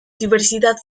diversidad